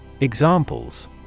Examples